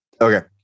Okay